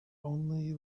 only